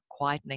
quietening